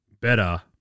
better